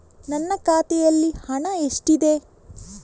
ನನ್ನ ಖಾತೆಯಲ್ಲಿ ಹಣ ಎಷ್ಟಿದೆ?